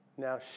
now